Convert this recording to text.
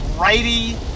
righty